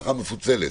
משפחה מפוצלת.